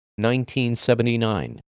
1979